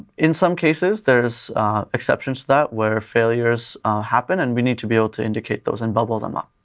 in some cases, there's exceptions to that where failures happen and we need to be able to indicate those and bubble them up.